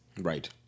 Right